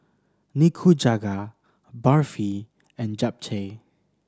Nikujaga Barfi and Japchae